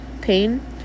pain